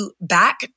back